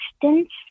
distance